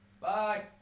Bye